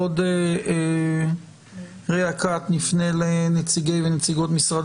בעוד רגע קט נפנה לנציגי ולנציגות משרד